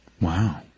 Wow